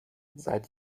seit